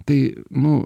tai nu